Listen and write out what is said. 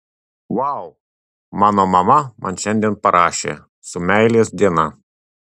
vau mano mama man šiandien parašė su meilės diena